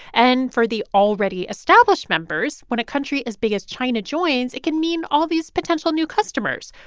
and for the already established members, when a country as big as china joins, it can mean all these potential new customers.